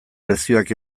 lezioak